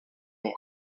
més